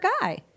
guy